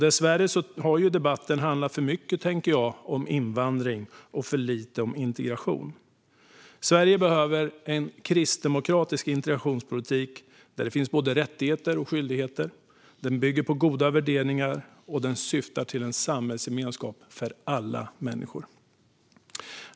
Dessvärre har debatten handlat för mycket om invandring och för lite om integration. Sverige behöver en kristdemokratisk integrationspolitik, där det finns både rättigheter och skyldigheter. Den bygger på goda värderingar och syftar till samhällsgemenskap för alla människor.